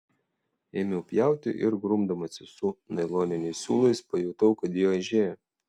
ėmiau pjauti ir grumdamasis su nailoniniais siūlais pajutau kad jie aižėja